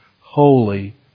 holy